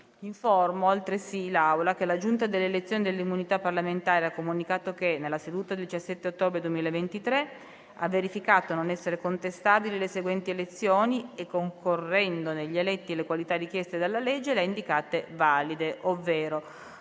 Informo altresì l'Assemblea che la Giunta delle elezioni e delle immunità parlamentari ha comunicato che, nella seduta del 17 ottobre 2023, ha verificato non essere contestabili le seguenti elezioni e, concorrendo negli eletti le qualità richieste dalla legge, le ha indicate valide: per